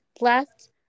left